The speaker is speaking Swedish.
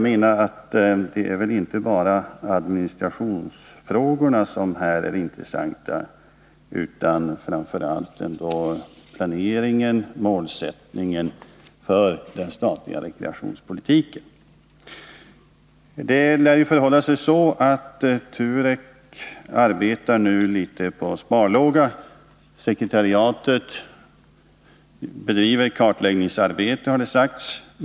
Men det är väl inte bara administrationsfrågorna som är intressanta, utan det är framför allt planeringen och målsättningen för den statliga rekreationspolitiken. Det lär förhålla sig så att TUREK nu arbetar litet på sparlåga. Sekretariatet bedriver kartläggningsarbeten, har det sagts.